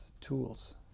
tools